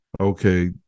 okay